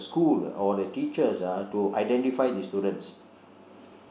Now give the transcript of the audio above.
the school or the teachers ah to identify these students